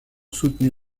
soutenue